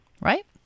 Right